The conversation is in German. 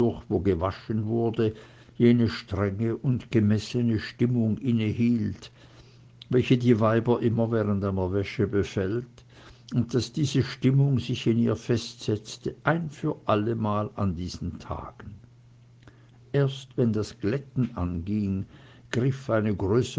wo gewaschen wurde jene strenge und gemessene stimmung innehielt welche die weiber immer während einer wäsche befällt und daß diese stimmung sich in ihr festsetzte ein für allemal an diesen tagen erst wenn das glätten anging griff